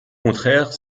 contraire